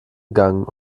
gegangen